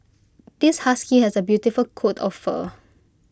this husky has A beautiful coat of fur